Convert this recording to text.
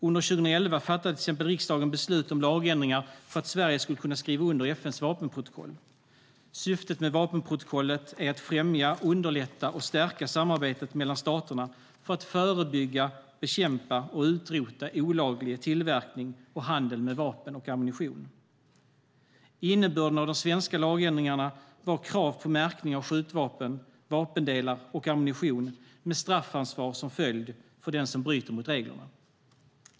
Under 2011 fattade till exempel riksdagen beslut om lagändringar för att Sverige skulle kunna skriva under FN:s vapenprotokoll. Syftet med vapenprotokollet är att främja, underlätta och stärka samarbetet mellan staterna för att förebygga, bekämpa och utrota olaglig tillverkning och handel med vapen och ammunition. Innebörden av de svenska lagändringarna var krav på märkning av skjutvapen, vapendelar och ammunition, med straffansvar som följd för den som bryter mot reglerna.